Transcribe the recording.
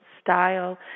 style